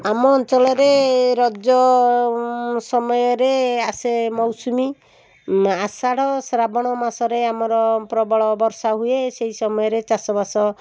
ଆମ ଅଞ୍ଚଳରେ ରଜସମୟରେ ଆସେ ମୌସୁମୀ ଆଷାଢ଼ ଶ୍ରାବଣ ମାସରେ ଆମର ପ୍ରବଳ ବର୍ଷା ହୁଏ ସେହି ସମୟରେ ଚାଷବାସ